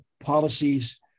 policies